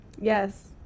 Yes